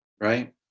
right